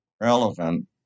relevant